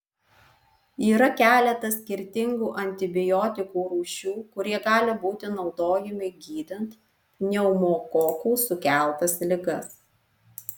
yra keletas skirtingų antibiotikų rūšių kurie gali būti naudojami gydant pneumokokų sukeltas ligas